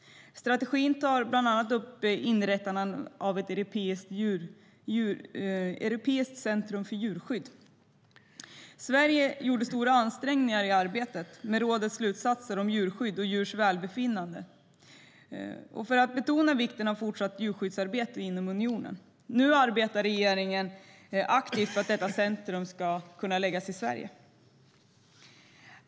Strategin tar bland annat upp inrättandet av ett europeiskt centrum för djurskydd. Sverige gjorde stora ansträngningar i arbetet med rådets slutsatser om djurskydd och djurs välbefinnande för att betona vikten av ett fortsatt djurskyddsarbete inom unionen. Nu arbetar regeringen aktivt för att detta centrum ska förläggas till Sverige.